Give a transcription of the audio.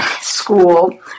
school